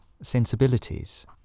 sensibilities